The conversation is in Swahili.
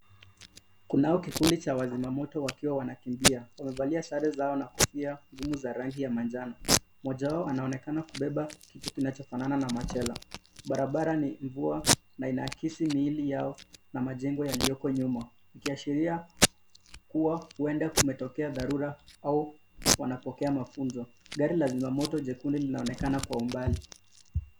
Kunao kikundi cha wazima moto wakiwa wanakimbia. Wamevalia sare zao na kofia ngumu za rangi ya manjano. Mmoja wao anaonekana kubeba kitu kinachofanana na machela. Barabara ni mvua na inaakisi miili yao na majengo yaliyoko nyuma ikiashiria kuwa huenda kumetokea dharura au wanapokea mafunzo. Gari la zima moto jekundu linaonekana kwa umbali.